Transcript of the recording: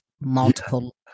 multiple